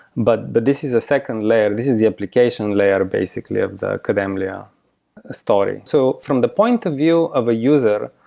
but this is a second layer. this is the application layer basically of the kademlia story. so from the point of view of a user,